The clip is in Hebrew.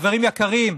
חברים יקרים,